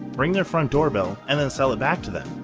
ring their front doorbell, and then sell it back to them.